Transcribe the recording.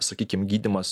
sakykim gydymas